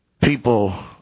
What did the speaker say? people